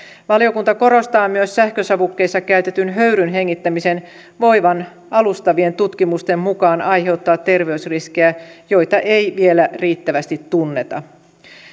valiokunta korostaa myös sähkösavukkeessa käytetyn höyryn hengittämisen voivan alustavien tutkimusten mukaan aiheuttaa terveysriskejä joita ei vielä riittävästi tunneta